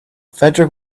fedric